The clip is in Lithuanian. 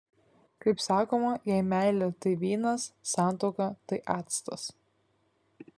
kaip sakoma jei meilė tai vynas santuoka tai actas